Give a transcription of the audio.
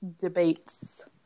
debates